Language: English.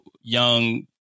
young